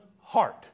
heart